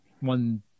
one